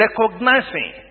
recognizing